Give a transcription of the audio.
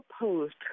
opposed